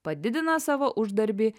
padidina savo uždarbį